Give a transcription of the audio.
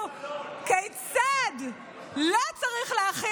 שפשוט עמדה פה ובאותות ובמופתים הסבירה לנו כיצד לא צריך להחיל